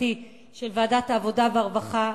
המשפטי של ועדת העבודה והרווחה,